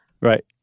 Right